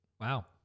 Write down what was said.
Wow